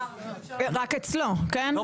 רק אצלו, כן?